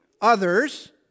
others